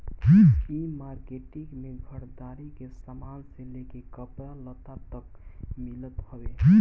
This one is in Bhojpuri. इ मार्किट में घरदारी के सामान से लेके कपड़ा लत्ता तक मिलत हवे